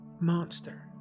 monster